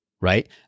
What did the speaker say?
right